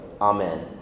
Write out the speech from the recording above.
Amen